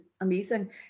amazing